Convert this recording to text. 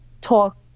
talk